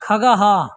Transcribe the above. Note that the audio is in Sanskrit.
खगः